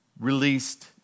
Released